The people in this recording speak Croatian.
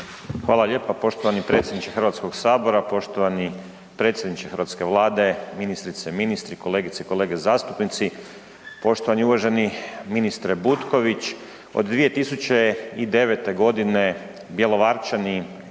Hvala lijepa poštovani predsjedniče HS, poštovani predsjedniče hrvatske vlade, ministrice i ministri, kolegice i kolege zastupnici, poštovani i uvaženi ministre Butković. Od 2009.g. Bjelovarčani,